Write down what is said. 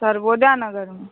सर्वोदय नगरमे